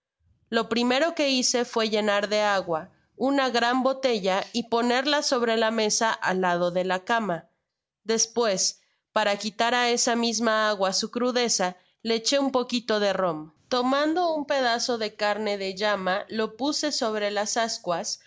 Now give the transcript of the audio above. lo primero que hice fué llenar de agua una grao botella y ponerla sobre la mesa al lado de la cama despues para quitar á esa misma agua su crudeza le eché un poquito de rom tomando despues un pedazo de carne de llama lo puse sobre las ascuas